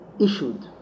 issued